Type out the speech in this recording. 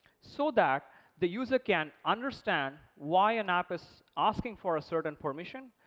so that the user can understand why an app is asking for a certain permission,